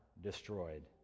destroyed